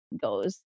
goes